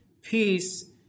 peace